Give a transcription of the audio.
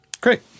Great